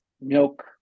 milk